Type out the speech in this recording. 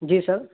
جی سر